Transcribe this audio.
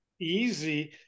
easy